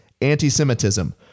anti-Semitism